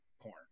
porn